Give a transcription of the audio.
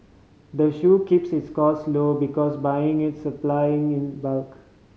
the keeps its cost low because buying its supplying in bulk